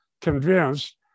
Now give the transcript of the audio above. convinced